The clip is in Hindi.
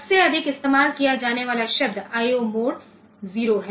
सबसे अधिक इस्तेमाल किया जाने वाला शब्द I O मोड 0 है